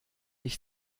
ich